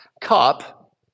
cup